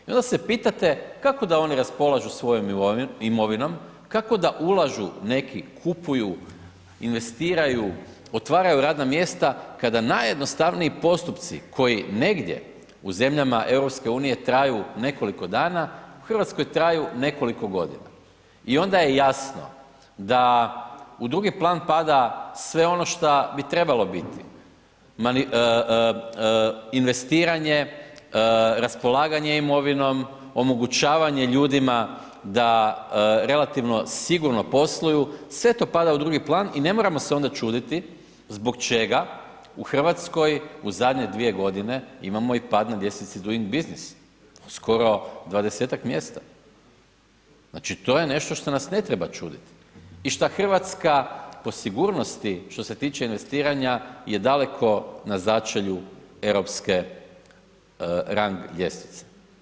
I onda se pitate kako da oni raspolažu svojom imovinom, kako da ulažu, neki kupuju, investiraju, otvaraju radna mjesta, kada najjednostavniji postupci koji negdje, u zemljama EU traju nekoliko dana, u RH traju nekoliko godina i onda je jasno da u drugi plan pada sve ono šta bi trebalo biti, investiranje, raspolaganje imovinom, omogućavanje ljudima da relativno sigurno posluju, sve to pada u drugi plan i ne moramo se onda čuditi zbog čega u RH u zadnje dvije godine imamo i pad na ljestvici Doing Business, skoro 20-tak mjesta, znači, to je nešto šta nas ne treba čudit i šta RH po sigurnosti, što se tiče investiranja, je daleko na začelju europske rang ljestvice.